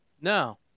No